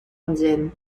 indiennes